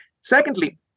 Secondly